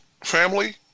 family